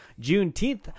Juneteenth